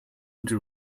into